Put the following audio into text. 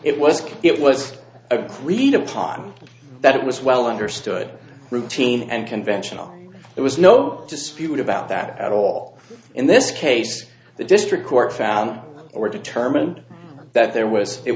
it was it was agreed upon that it was well understood routine and conventional it was no dispute about that at all in this case the district court found or determined that there was it